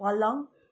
पलङ